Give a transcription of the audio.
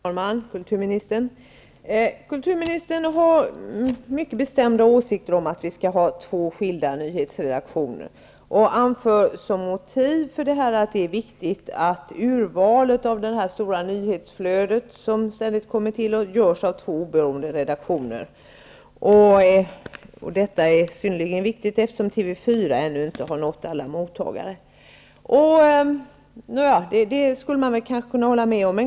Herr talman! Kulturministern! Kulturministern har mycket bestämda åsikter om att vi skall ha två skilda nyhetsredaktioner. Hon anför som motiv att det är viktigt att urvalet i det stora nyhetsflödet görs av två oberoende redaktioner och säger att detta är synnerligen viktigt, eftersom TV 4 ännu inte har nått alla mottagare. Det skulle man kanske kunna hålla med om.